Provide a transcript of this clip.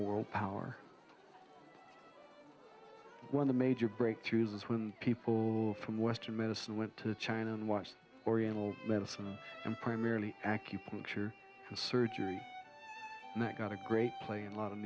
a world power one of major breakthroughs was when people from western medicine went to china and watched oriental medicine and primarily acupuncture and surgery that got a great play in a lot of